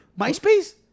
Myspace